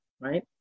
right